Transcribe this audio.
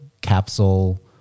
capsule